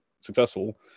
successful